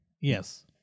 Yes